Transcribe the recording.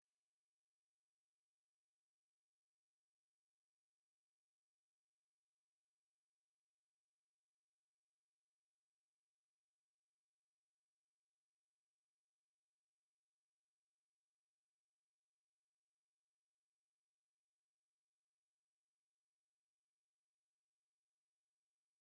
Urugi rwiza rufite ibirahuri byijimye rusize amarangi asa icyatsi kibisi rwanditseho ibintu bigaragaza ko ari icyumba cy'amasomo cya gatandatu nk'uko bigaragazwa n'urupapuro rw'umweru ruto rwometse hejuru y'umuryango gatandatu umubare w’icyumba, bivuze ko ari icyumba cya gatandatu muri urwo rwego rw’amasomo cyangwa mu nyubako.